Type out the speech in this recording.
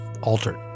altered